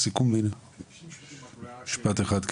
אפשר להגיד משפט אחד?